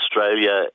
Australia